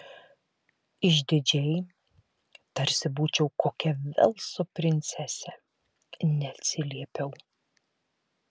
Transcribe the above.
išdidžiai tarsi būčiau kokia velso princesė neatsiliepiau